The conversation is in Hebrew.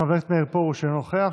חבר הכנסת פרוש, אינו נוכח.